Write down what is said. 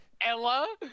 Ella